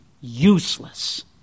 useless